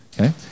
Okay